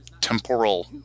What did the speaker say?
temporal